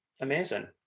amazing